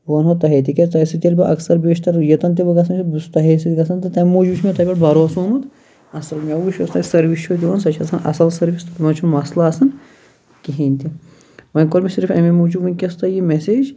بہٕ وَنہو تۄہے تکیاز تۄہہِ سۭتۍ ییٚلہِ بہٕ اَکثَر بیشتَر یۄتَن تہِ بہٕ گَژھان چھُس بہٕ چھُس تۄہے سۭتۍ گَژھان تہٕ تمہِ موٗجوب چھُ مےٚ تۄہہِ پٮ۪تھ بَروسہٕ آمُت اصٕل مےٚ وُچھ یۄس تُہۍ سروِس چھِو دِوان سۄ چھِ آسان اصٕل سروِس تتھ منٛز چھُنہٕ مَسلہٕ آسان کِہیٖنۍ تہِ وۄنۍ کوٚر مےٚ صرف ایٚمے موٗجوب وٕنکیٚس تۄہہِ یہِ میٚسیج